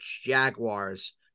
Jaguars